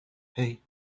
hey